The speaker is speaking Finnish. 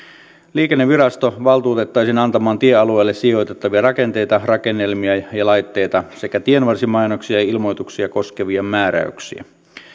liikennevirasto valtuutettaisiin antamaan tiealueelle sijoitettavia rakenteita rakennelmia ja ja laitteita sekä tienvarsimainoksia ja ilmoituksia koskevia määräyksiä